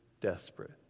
desperate